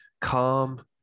Calm